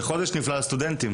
וחודש נפלא לסטודנטים.